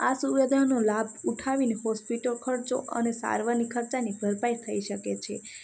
આ સુવિધાનો લાભ ઉઠાવીને હોસ્પિટલ ખર્ચો અને સારવારની ખર્ચાની ભરપાઈ થઈ શકે છે